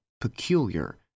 peculiar